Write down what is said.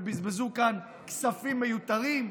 ובזבזו כאן כספים מיותרים.